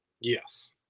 Yes